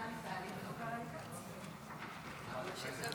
חבריי חברי הכנסת, כבוד השר,